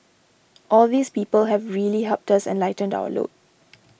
all these people have really helped us and lightened our load